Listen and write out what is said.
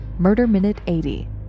MURDERMINUTE80